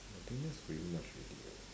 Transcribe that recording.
I think that's pretty much already lor